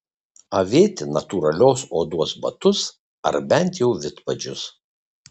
avėti natūralios odos batus ar bent jau vidpadžius